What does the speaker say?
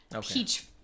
peach